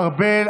משה ארבל,